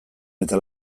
eta